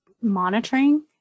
monitoring